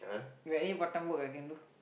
you got any part time work I can do